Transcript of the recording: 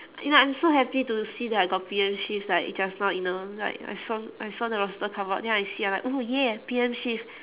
you know I am so happy to see that I got P_M shift like just now you know like I saw I saw the roster come out then I see I'm like oh ya P_M shift